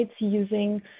using